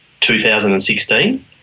2016